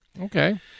Okay